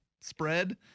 spread